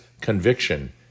conviction